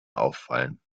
auffallen